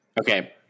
Okay